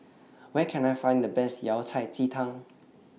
Where Can I Find The Best Yao Cai Ji Tang